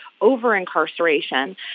over-incarceration